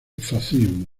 fascismo